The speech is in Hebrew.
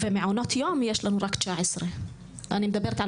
ומעונות יום יש לנו רק 19. אני מדברת על